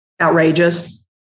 outrageous